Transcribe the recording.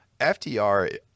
FTR